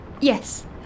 Yes